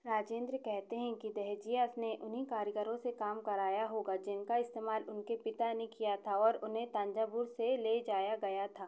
राजेंद्र कहते हैं कि देहजिया अपने उन्हीं कारीगरों से काम कराया होगा जिनका इस्तेमाल उनके पिता ने किया था और उन्हें तंजावुर से ले जाया गया था